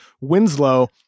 Winslow